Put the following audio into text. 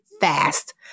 fast